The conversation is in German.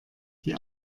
die